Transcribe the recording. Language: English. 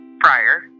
prior